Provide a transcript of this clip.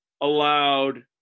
allowed